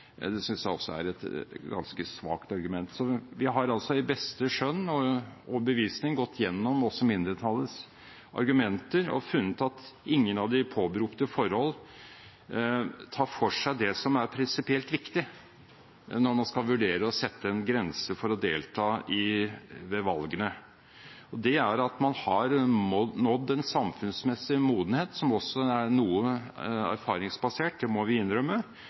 synes jeg også er et ganske svakt argument. Vi har altså etter beste skjønn og overbevisning gått gjennom også mindretallets argumenter og funnet at ingen av de påberopte forhold tar for seg det som er prinsipielt viktig når man skal vurdere å sette en grense for å delta ved valgene. Det er at man har nådd en samfunnsmessig modenhet, som også er noe erfaringsbasert, det må vi innrømme,